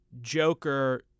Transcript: Joker